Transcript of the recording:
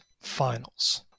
finals